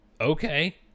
Okay